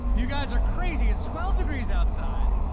you guys are crazy, it's twelve degrees outside,